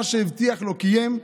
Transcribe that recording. מה שהבטיח לא קיים,